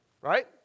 Right